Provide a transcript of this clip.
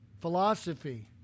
philosophy